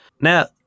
Now